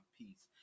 peace